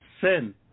Sin